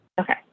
Okay